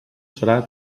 serà